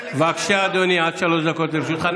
בבקשה, אדוני, עד שלוש דקות לרשותך.